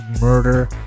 murder